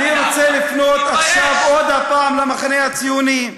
אני רוצה לפנות עכשיו עוד פעם למחנה הציוני,